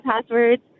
passwords